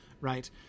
right